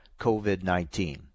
COVID-19